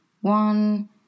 one